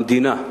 המדינה,